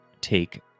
take